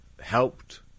helped